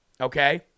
Okay